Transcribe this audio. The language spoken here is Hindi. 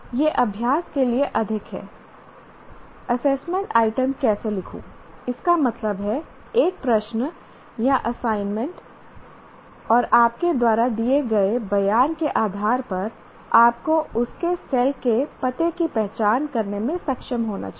यह अभ्यास के लिए अधिक है मैं एसेसमेंट आइटम कैसे लिखूं इसका मतलब है एक प्रश्न या असाइनमेंट और आपके द्वारा दिए गए बयान के आधार पर आपको उस के सेल के पते की पहचान करने में सक्षम होना चाहिए